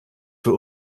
für